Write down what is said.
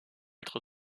être